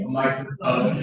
microphone